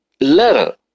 letter